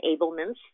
enablements